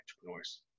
entrepreneurs